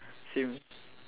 same